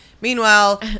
Meanwhile